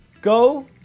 go